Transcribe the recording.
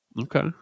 Okay